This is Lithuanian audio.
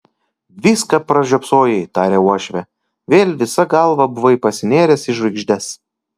viską pražiopsojai tarė uošvė vėl visa galva buvai pasinėręs į žvaigždes